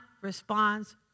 responds